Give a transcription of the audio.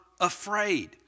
afraid